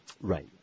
Right